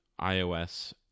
iOS